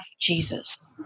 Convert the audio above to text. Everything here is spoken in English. Jesus